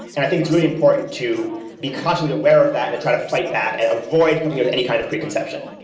and i think it's really important to be constantly aware of that and then try to fight back and avoid coming with any kind of preconception.